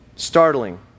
startling